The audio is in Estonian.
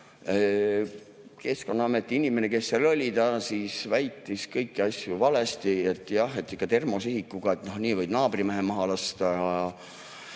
Keskkonnaameti inimene, kes seal oli, väitis kõiki asju valesti, et ikka termosihikuga võid naabrimehe maha lasta.